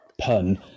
pun